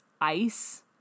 ice